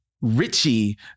Richie